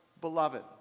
Beloved